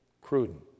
Cruden